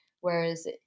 whereas